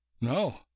No